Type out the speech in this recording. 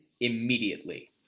immediately